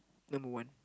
number one